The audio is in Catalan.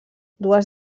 dues